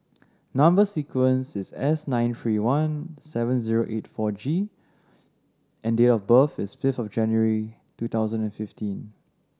number sequence is S nine three one seven zero eight four G and date of birth is fifth of January two thousand and fifteen